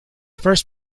first